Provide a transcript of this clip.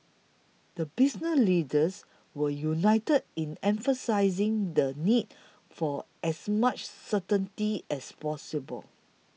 the business leaders were united in emphasising the need for as much certainty as possible